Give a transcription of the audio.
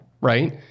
right